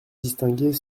distinguer